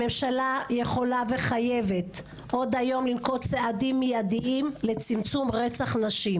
הממשלה יכולה וחייבת עוד היום לנקוט צעדים מידיים לצמצום רצח נשים.